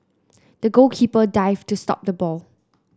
the goalkeeper dived to stop the ball